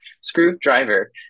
screwdriver